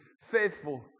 faithful